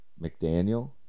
McDaniel